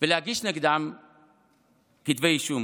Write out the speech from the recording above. ולהגיש נגדם כתבי אישום,